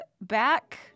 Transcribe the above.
back